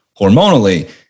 hormonally